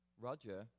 Roger